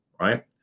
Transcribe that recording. right